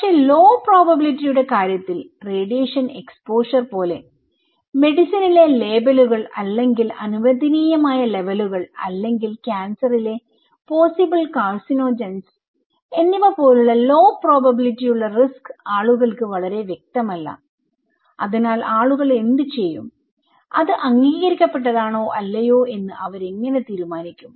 പക്ഷെ low probability യുടെ കാര്യത്തിൽറേഡിയേഷൻ എക്സ്പോഷർ പോലെ മെഡിസിനിലെ ലേബലുകൾ അല്ലെങ്കിൽ അനുവദനീയമായ ലെവലുകൾ അല്ലെങ്കിൽ ക്യാൻസറിലെ പോസ്സിബിൾ കാർസിനോജെൻസ് എന്നിവ പോലുള്ള ലോ പ്രോബബിലിറ്റി യുള്ള റിസ്ക് ആളുകൾക്ക് വളരെ വ്യക്തമല്ല അതിനാൽ ആളുകൾ എന്ത് ചെയ്യും അത് അംഗീകരിക്കപ്പെട്ടതാണോ അല്ലയോ എന്ന് അവരെങ്ങനെ തീരുമാനിക്കും